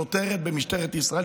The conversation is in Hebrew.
שוטרת במשטרת ישראל,